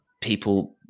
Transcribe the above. people